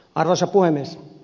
arvoisa puhemies